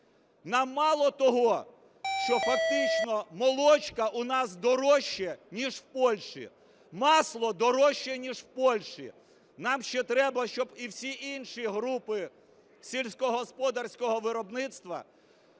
Нам мало того, що фактично молочка у нас дорожча ніж в Польщі, масло дорожче ніж в Польщі, нам ще треба, щоб і всі інші групи сільськогосподарського виробництва